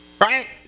Right